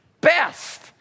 best